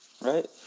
Right